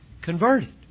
converted